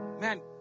man